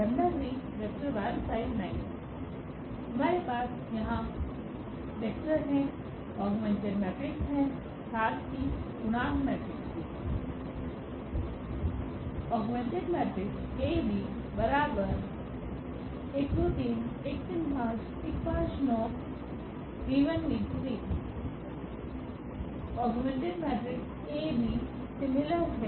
हमारे पास यहाँ वेक्टर है औग्मेंटेड मैट्रिस है साथ ही गुणांक मैट्रिस भी हैं